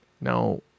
Now